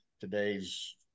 today's